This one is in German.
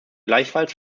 gleichfalls